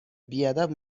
بیادب